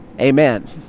Amen